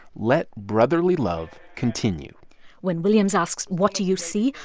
let brotherly love continue when williams asks what do you see?